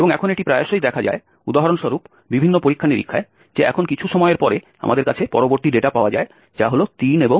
এবং এখন এটি প্রায়শই দেখা যায় উদাহরণস্বরূপ বিভিন্ন পরীক্ষা নিরীক্ষায় যে এখন কিছু সময়ের পরে আমাদের কাছে পরবর্তী ডেটা পাওয়া যায় যা হল 3 এবং 10